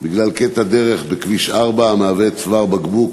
בגלל קטע דרך בכביש 4 המהווה צוואר בקבוק